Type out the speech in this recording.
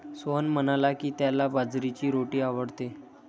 सोहन म्हणाला की, त्याला बाजरीची रोटी आवडते